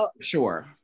sure